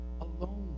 alone